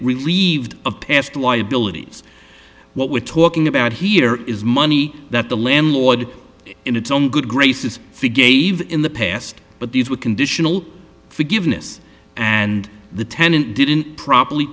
relieved of past why abilities what we're talking about here is money that the landlord in it's own good graces for gave in the past but these would conditional forgiveness and the tenant didn't properly